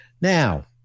Now